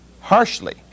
harshly